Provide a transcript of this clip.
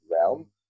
realm